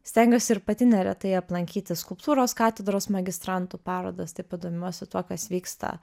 stengiuosi ir pati neretai aplankyti skulptūros katedros magistrantų parodas taip pat domiuosi tuo kas vyksta